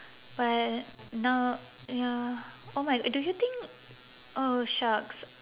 but now ya oh my do you think oh shucks